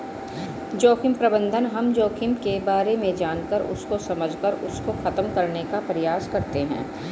जोखिम प्रबंधन हम जोखिम के बारे में जानकर उसको समझकर उसको खत्म करने का प्रयास करते हैं